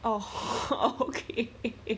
oh okay